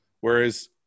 Whereas